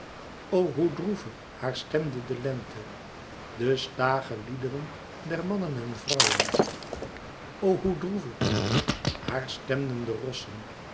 o hoe droeve haar stemde de lente de staâge liederen der mannen en vrouwen o hoe droeve haar stemden de rossen